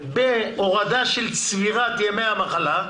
אלא בהורדה של צבירת ימי המחלה,